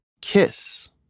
Kiss